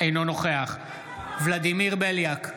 אינו נוכח ולדימיר בליאק,